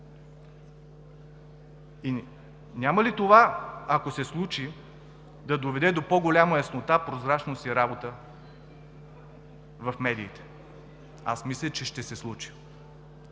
Няма ли това, ако се случи, да доведе до по-голяма яснота, прозрачност и работа в медиите? Аз мисля, че ще се случи.